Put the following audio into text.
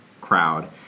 crowd